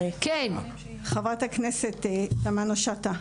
חברת הכנסת תמנו שטה,